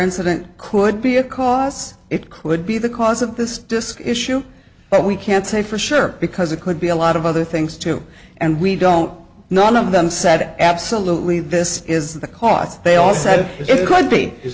incident could be a cause it could be the cause of this disk issue but we can't say for sure because it could be a lot of other things too and we don't none of them said absolutely this is the cost they all said it could be